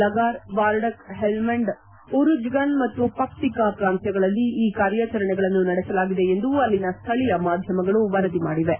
Logar Wardak Helmand Uruzgan ಮತ್ತು Paktika ಪ್ರಾಂತ್ವಗಳಲ್ಲಿ ಈ ಕಾರ್ಯಾಚರಣೆಗಳನ್ನು ನಡೆಸಲಾಗಿದೆ ಎಂದು ಅಲ್ಲಿನ ಸ್ಲಳೀಯ ಮಾಧ್ಯಮಗಳು ವರದಿ ಮಾಡಿವೆ